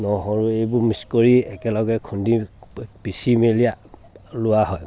নহৰু এইবোৰ মিছ কৰি একেলগে খুন্দি পিছি মেলি লোৱা হয়